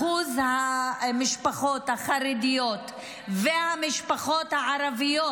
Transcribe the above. אחוז המשפחות החרדיות והמשפחות הערביות